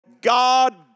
God